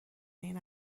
این